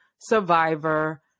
survivor